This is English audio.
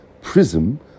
prism